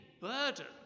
burden